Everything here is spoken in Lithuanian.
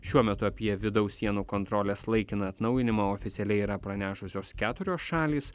šiuo metu apie vidaus sienų kontrolės laikiną atnaujinimą oficialiai yra pranešusios keturios šalys